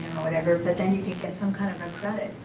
whatever, but then you get some kind of credit,